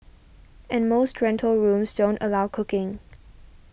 and most rental rooms don't allow cooking